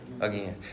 Again